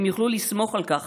הם יוכלו לסמוך על כך